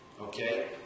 okay